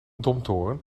domtoren